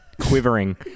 Quivering